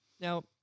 Now